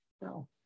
no